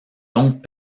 donc